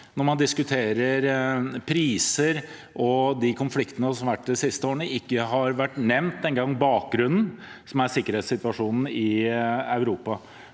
når man diskuterer priser og de konfliktene som har vært de siste årene, har nevnt bakgrunnen, som er sikkerhetssituasjonen i Europa.